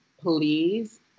please